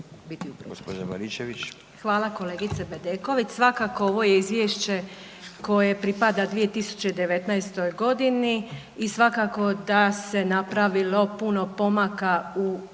Danica (HDZ)** Hvala kolegice Bedeković. Svakako ovo je izvješće koje pripada 2019. godini i svakako da se napravilo puno pomaka u